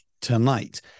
tonight